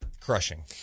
Crushing